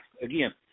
Again